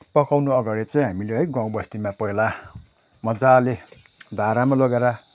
पकाउन अगाडि चाहिँ हामीले है गाउँबस्तीमा पहिला मजाले धारामा लगेर